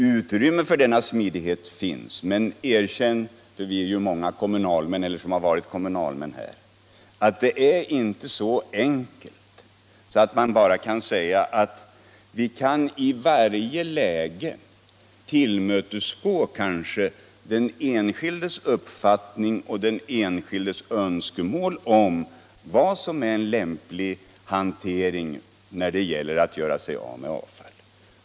Utrymme för sådan smidighet finns. Men erkänn — vi är ju många här som är eller har varit kommunalmän -— att det inte är så enkelt att man bara kan säga att kommunerna i varje läge skall tillmötesgå den enskildes önskemål och rätta sig efter den enskildes uppfattning om vad som är lämplig hantering av avfallet.